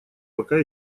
пока